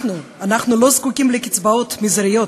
אנחנו, אנחנו לא זקוקים לקצבאות מזעריות